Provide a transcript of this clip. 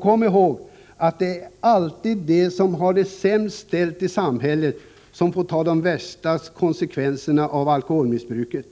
Kom ihåg att det alltid är de som har det sämst ställt i samhället som får ta de värsta konsekvenserna av alkoholmissbruket.